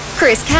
Chris